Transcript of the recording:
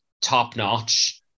top-notch